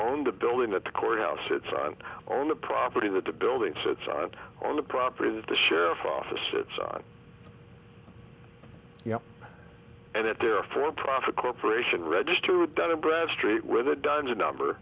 owned the building that the courthouse sits on on the property that the building sits on on the property that the sheriff's office it's on you and it there for profit corporation registered that inbred street with a dungeon number